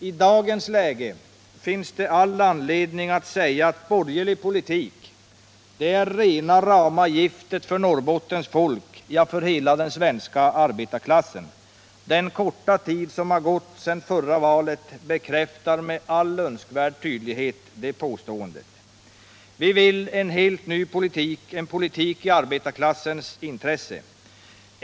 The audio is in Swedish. I dagens läge finns det all anledning att säga att borgerlig politik är rena rama giftet för Norrbottens folk, ja, för hela den svenska arbetarklassen. Den korta tid som har gått sedan förra valet bekräftar med all önskvärd tydlighet detta påstående. Vi vill ha en helt ny politik, en politik i arbetarklassens intresse.